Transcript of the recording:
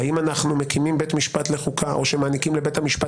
האם אנחנו מקימים בית משפט לחוקה או מעניקים לבית המשפט